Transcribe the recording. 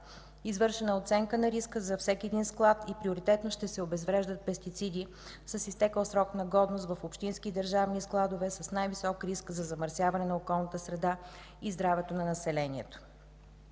Извършена е оценка на риска за всеки един склад и приоритетно ще се обезвреждат пестициди с изтекъл срок на годност в общински и държавни складове, с най-висок риск за замърсяване на околната среда и здравето на населението.